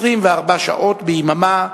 24 שעות ביממה,